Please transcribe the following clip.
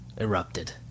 erupted